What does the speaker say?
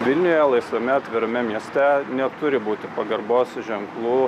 vilniuje laisvame atvirame mieste neturi būti pagarbos ženklų